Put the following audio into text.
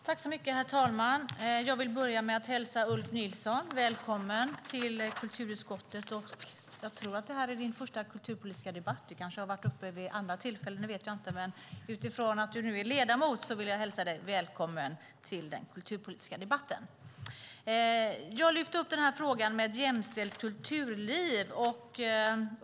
Herr talman! Jag vill börja med att hälsa Ulf Nilsson välkommen till kulturutskottet. Jag tror att detta är din första kulturpolitiska debatt. Du kanske har varit uppe i den debatten vid andra tillfällen. Det vet jag inte. Utifrån att du nu är ledamot i kulturutskottet vill jag hälsa dig välkommen till den kulturpolitiska debatten. Jag lyfte upp frågan om ett jämställt kulturliv.